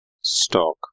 Stock